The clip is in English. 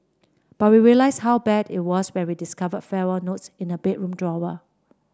but we realised how bad it was when we discovered farewell notes in the bedroom drawer